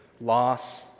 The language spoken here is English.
loss